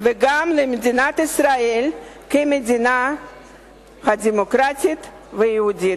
וגם למדינת ישראל כמדינה דמוקרטית ויהודית.